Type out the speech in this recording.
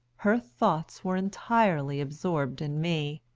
her thoughts were entirely absorbed in me.